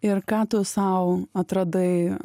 ir ką tu sau atradai